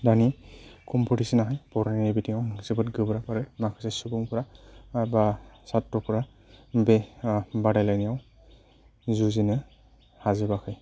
दानि कम्पिटिसनाहाय बर'नि बिथिंआव जोबोद गोब्राब आरो माखासे सुबुंफ्रा एबा साथ्र'फ्रा बे बादायलायनायाव जुजिनो हाजोबाखै